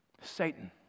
Satan